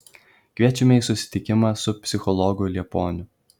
kviečiame į susitikimą su psichologu liepuoniu